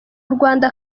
rwanda